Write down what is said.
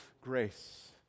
grace